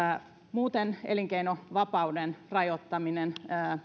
muuten elinkeinovapauden rajoittaminen